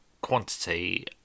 quantity